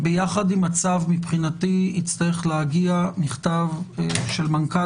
ביחד עם הצו מבחינתי יצטרך להגיע מכתב של מנכ"ל